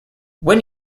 when